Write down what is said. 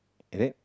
is it